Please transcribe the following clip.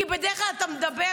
כי בדרך כלל אתה מדבר,